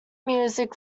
music